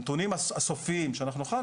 הנתונים הסופיים שאנחנו נוכל,